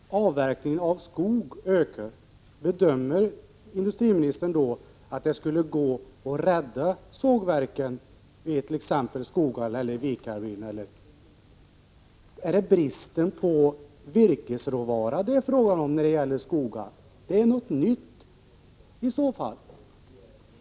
Herr talman! Om avverkningem av skog ökar, bedömer industriministern då saken så att det skulle gå att rädda sågverken i t.ex. Skoghall eller Vikarbyn? Är det bristen på virkesråvara som det är fråga om när det gäller Skoghall? Det är i så fall något nytt.